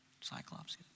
Cyclops